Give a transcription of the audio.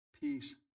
Peace